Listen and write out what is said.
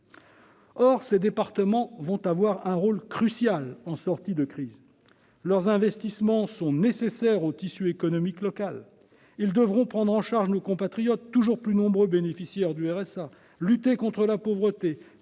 sont les départements qui joueront un rôle crucial en sortie de crise. Leurs investissements sont nécessaires au tissu économique local ; ils devront prendre en charge nos compatriotes toujours plus nombreux à bénéficier du RSA, lutter contre la pauvreté,